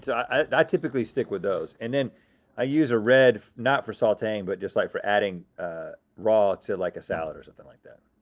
i i typically stick with those, and then i use a red not for sauteing, but just like for adding raw to like a salad or something like that.